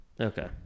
Okay